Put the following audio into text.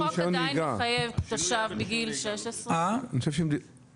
עדיין החוק מחייב תושב מגיל 16 לשאת תעודת זהות.